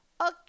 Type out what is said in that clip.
Okay